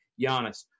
Giannis